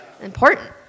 Important